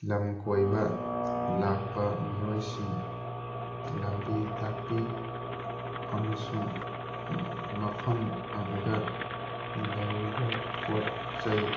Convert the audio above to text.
ꯂꯝ ꯀꯣꯏꯕ ꯂꯥꯛꯄ ꯃꯤꯑꯣꯏꯁꯤꯡ ꯂꯝꯕꯤ ꯇꯥꯛꯄꯤ ꯑꯃꯁꯨꯡ ꯃꯐꯝ ꯑꯗꯨꯗ ꯂꯩꯔꯤꯕ ꯄꯣꯠ ꯆꯩ